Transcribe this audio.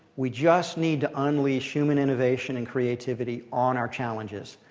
we just need to unleash human innovation and creativity on our challenges.